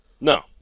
No